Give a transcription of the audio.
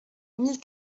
mille